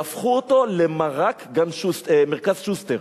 יהפכו אותו ל"מרק מרכז-שוסטר".